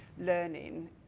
learning